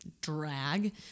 drag